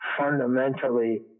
fundamentally